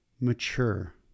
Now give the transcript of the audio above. mature